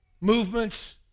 movements